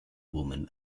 woman